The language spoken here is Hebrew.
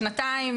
בשנתיים